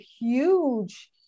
huge